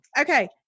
Okay